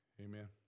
Amen